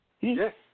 Yes